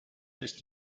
ist